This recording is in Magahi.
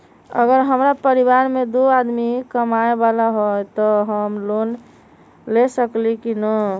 अगर हमरा परिवार में दो आदमी कमाये वाला है त हम लोन ले सकेली की न?